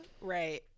right